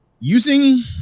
Using